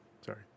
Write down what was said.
Sorry